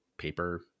paper